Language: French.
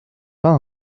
pas